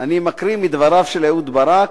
אני מקריא מדבריו של ברק.